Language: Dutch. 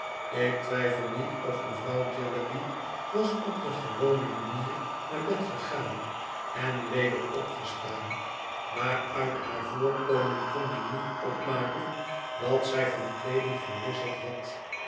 ik twijfel niet of mevrouw jellyby was op de gewone manier naar bed gegaan en weder opgestaan maar uit haar voorkomen kon men niet opmaken dat zij van kleeding verwisseld had